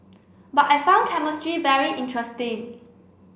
but I found chemistry very interesting